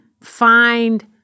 find